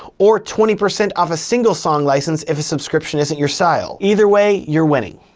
or twenty percent off a single song license if a subscription isn't your style. either way, you're winning.